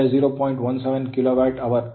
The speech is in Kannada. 17 ಕಿಲೋವ್ಯಾಟ್ hour